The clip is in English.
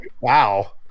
wow